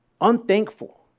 Unthankful